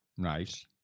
nice